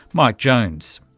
mike jones.